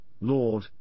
Lord